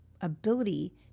ability